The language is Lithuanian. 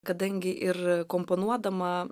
kadangi ir komponuodama